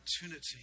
opportunity